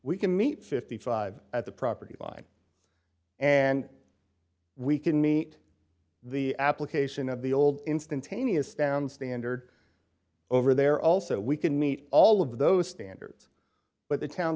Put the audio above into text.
we can meet fifty five dollars at the property line and we can meet the application of the old instantaneous down standard over there also we can meet all of those standards but the town